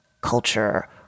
culture